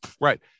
Right